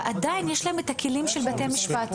ועדיין יש להם את הכלים של בתי משפט.